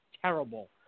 Terrible